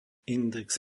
index